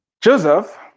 Joseph